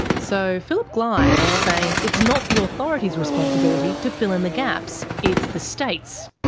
so phillip glyde is saying it's not the authority's responsibility to fill in the gaps, it's the states'.